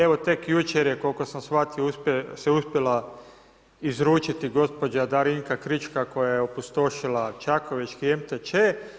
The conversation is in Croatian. Evo, tek jučer je, koliko sam shvatio, se uspjela izručiti gospođa Darinka Krička koja je opustošila čakovečki MTČ.